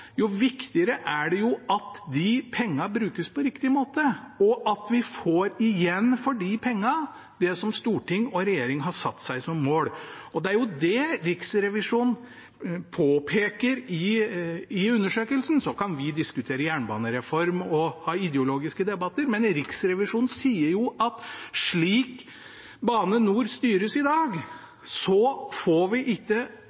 jo viktigere er det at pengene brukes på riktig måte, og at vi får igjen for de pengene det som storting og regjering har satt seg som mål. Det er det Riksrevisjonen påpeker i undersøkelsen. Vi kan diskutere jernbanereform og ha ideologiske debatter, men Riksrevisjonen sier jo at slik Bane NOR styres i dag, får vi ikke